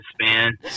man